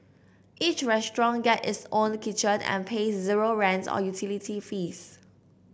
each restaurant gets its own kitchen and pays zero rent or utility fees